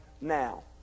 now